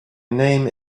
name